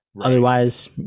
Otherwise